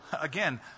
Again